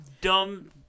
dumb